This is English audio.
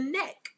neck